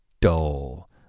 dull